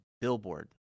billboard